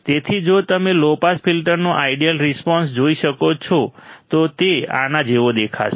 તેથી જો તમે લો પાસ ફિલ્ટરનો આઈડિઅલ રિસ્પોન્સ જોઈ શકો છો તો તે આના જેવો દેખાશે